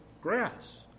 grass